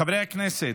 חברי הכנסת,